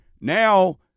now